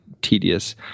tedious